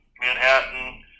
Manhattan